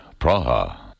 Praha